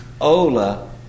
Ola